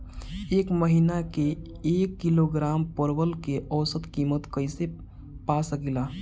एक महिना के एक किलोग्राम परवल के औसत किमत कइसे पा सकिला?